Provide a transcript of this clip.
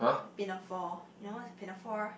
pinafore you know what's pinafore